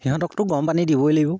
সিহঁতকতো গৰম পানী দিবই লাগিব